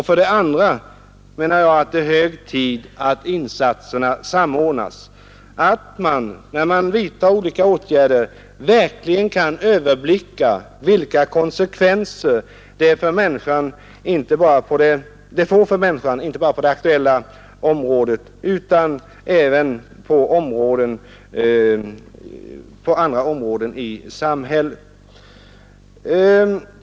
För det andra är det nu hög tid att insatserna samordnas, så att man när man vidtar olika åtgärder verkligen kan överblicka vilka konsekvenser de får för människan, inte bara på det aktuella området utan även på andra områden.